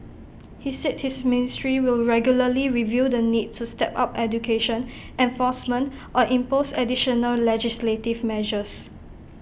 he said his ministry will regularly review the need to step up education enforcement or impose additional legislative measures